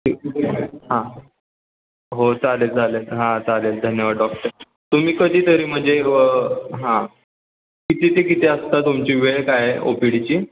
हां हो चालेल चालेल हां चालेल धन्यवाद डॉक्टर तुम्ही कधी तरी म्हणजे हां किती ते किती असता तुमची वेळ काय आहे ओ पी डीची